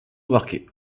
marque